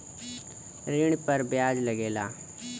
ऋण पर बियाज लगेला